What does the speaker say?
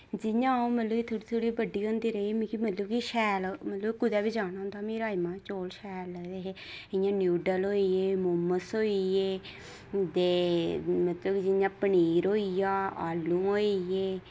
जि'यां अ'ऊं मतलब कि थोह्ड़ी थोह्ड़ी बड्डी होंदी रेही मिकी मतलब कि शैल मतलब कुतै बी जाना होंदा मी राजमांह् चौल शैल हे इ'यां न्यूडल होई गे मोमो होई गे ते मतलब जि'यां पनीर होई गेआ आलू होई गे